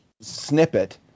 snippet